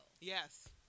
Yes